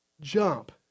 jump